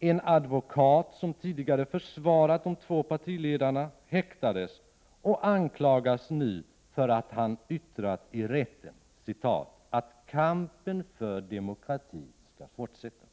En advokat som tidigare försvarat de två partiledarna har häktats och anklagas nu för att han yttrat i rätten att ”kampen för demokrati skall fortsätta”.